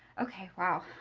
okay. wow.